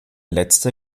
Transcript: letzte